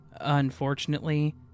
Unfortunately